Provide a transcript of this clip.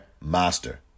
master